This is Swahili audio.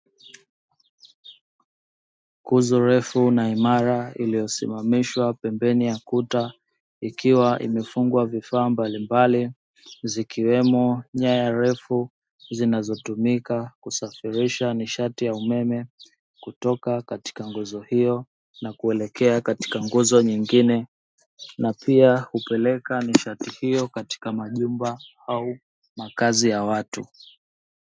Nguzo refu na imara iliyo simamishwa pembeni ya kuta, ikiwa limefungwa vifaa mbalimbali, zikiwemo nyaya refu zinazotumika kusafirisha nishati ya umeme kutoka katika hiyo na kuelekea katika nguzo nyingine, na pia upeleka nishati hiyo katika majumba au makazi ya watu.